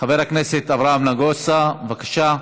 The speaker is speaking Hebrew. חבר הכנסת אברהם נגוסה, בבקשה.